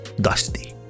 dusty